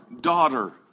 daughter